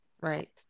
Right